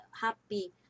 happy